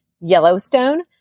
Yellowstone